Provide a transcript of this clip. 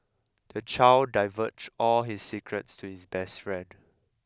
the child divulged all his secrets to his best friend